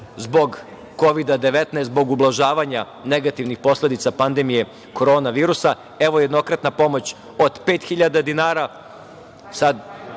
zbog Kovida 19, zbog ublažavanja negativnih posledica pandemije Korona virusa, evo jednokratna pomoć od 5.000, dinara.